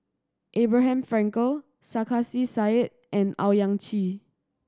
Abraham Frankel Sarkasi Said and Owyang Chi